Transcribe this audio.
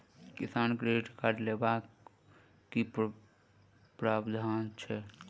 किसान credit card लेबाक की प्रावधान छै?